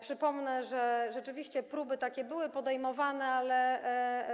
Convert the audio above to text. Przypomnę, że rzeczywiście próby takie były podejmowane, ale